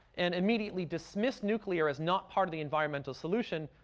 and immediately dismiss nuclear as not part of the environmental solution,